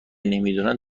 نمیدونن